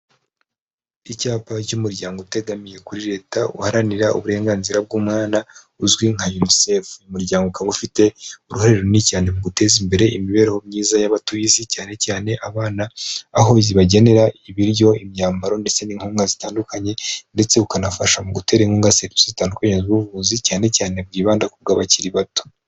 Icyapa cy'umuryango utegamiye kuri leta, uharanira uburenganzira bw'umwana, uzwi nka unisefu umuryango ukaba ufite uruhare runini cyane mu guteza imbere imibereho myiza y'abatuye isi cyane cyane abana, aho zibagenera ibiryo imyambaro ndetse n'inkunga zitandukanye, ndetse ukanafasha mu gutera inkunga serivisi zitandukanye z'ubuvuzi, cyane cyane bwibanda ku bwabakiri bato.